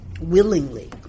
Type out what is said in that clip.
willingly